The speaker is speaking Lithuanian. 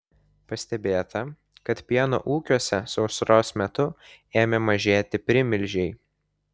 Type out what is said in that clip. pastebėta kad pieno ūkiuose sausros metu ėmė mažėti primilžiai